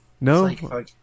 no